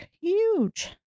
huge